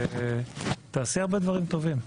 תעשי הרבה דברים טובים.